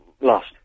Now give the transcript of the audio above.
Lost